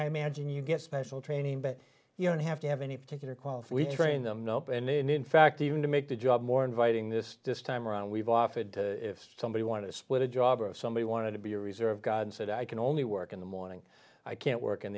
i imagine you get special training but you don't have to have any particular qualify we train them nope and then in fact even to make the job more inviting this time around we've offered to if somebody wanted to split a job or if somebody wanted to be a reserve god said i can only work in the morning i can't work in